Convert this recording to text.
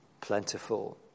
plentiful